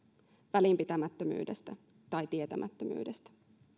välinpitämättömyydestä tai tietämättömyydestä